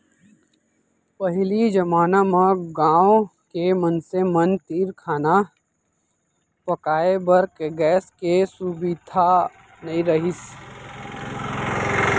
पहिली जमाना म गॉँव के मनसे मन तीर खाना पकाए बर गैस के सुभीता नइ रहिस